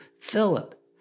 Philip